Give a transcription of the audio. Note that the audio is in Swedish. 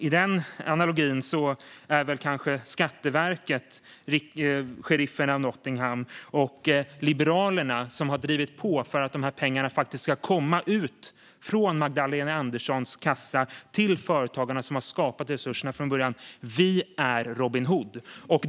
I den analogin är kanske Skatteverket sheriffen av Nottingham. Och Liberalerna, som har drivit på för att dessa pengar ska komma ut från Magdalena Anderssons kassa till företagarna, som har skapat resurserna från början, är Robin Hood.